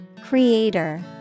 Creator